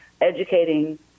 educating